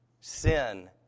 Sin